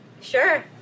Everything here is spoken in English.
Sure